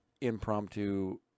impromptu